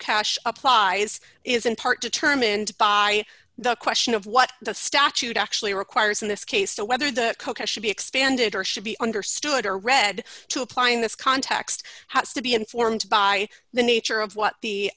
cash applies is in part determined by the question of what the statute actually requires in this case to whether the coca should be expanded or should be understood or read to apply in this context has to be informed by the nature of what